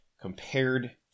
compared